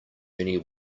many